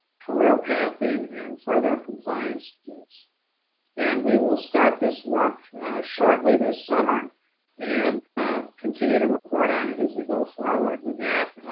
career pathing and further compliances. and we will start this work shortly this summer and continue to report on it as we go forward. with that,